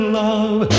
love